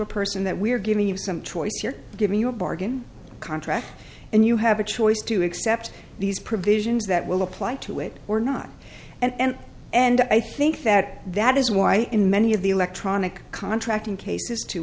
a person that we're giving you some choice you're given your bargain contract and you have a choice to accept these provisions that will apply to it or not and and i think that that is why in many of the electronic contracting cases to